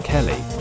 Kelly